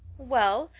well,